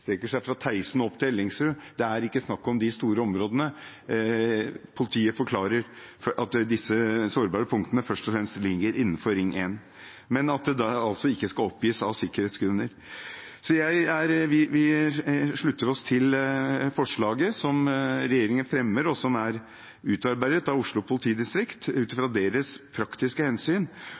seg fra Teisen og opp til Ellingsrud. Det er ikke snakk om de store områdene. Politiet forklarer at disse sårbare punktene først og fremst ligger innenfor Ring 1, men at de av sikkerhetsgrunner ikke skal oppgis. Vi slutter oss til forslaget som regjeringen fremmer, og som er utarbeidet av Oslo politidistrikt ut fra deres praktiske hensyn.